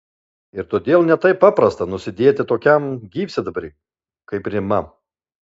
ir todėl ne taip paprasta nusėdėti tokiam gyvsidabriui kaip rima